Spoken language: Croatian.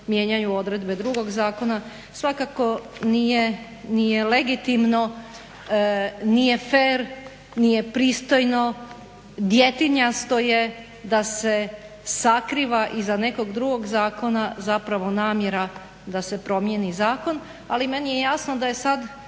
mijenjaju odredbe drugog zakona, svakako nije legitimno, nije fer, nije pristojno, djetinjasto je da se sakriva iza nekog drugog zakona zapravo namjera da se promijeni zakon. Ali meni je jasno da je sada